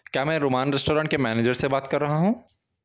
کیا میں Roman restaurant کے مینیجر سے بات کر رہا ہوں